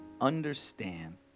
understand